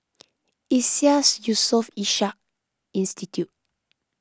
Iseas Yusof Ishak Institute